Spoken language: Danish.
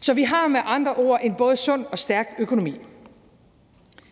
Så vi har med andre ord en både sund og stærk økonomi.